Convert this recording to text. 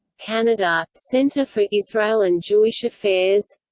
canada centre for israel and jewish affairs